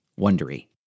Wondery